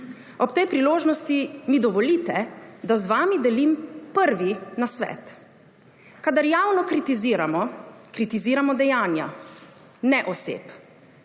Ob tej priložnosti mi dovolite, da z vami delim prvi nasvet. Kadar javno kritiziramo, kritiziramo dejanja, ne oseb.